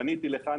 פניתי לחני.